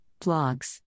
Blogs